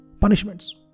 punishments